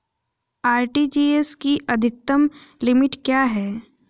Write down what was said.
RTGS की अधिकतम limit क्या है?